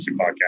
Podcast